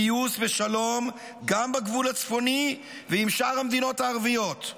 פיוס ושלום גם בגבול הצפוני ועם שאר המדינות הערביות.